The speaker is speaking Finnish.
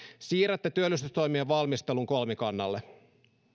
siirrätte työllisyystoimien valmistelun kolmikannalle